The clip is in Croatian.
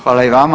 Hvala i vama.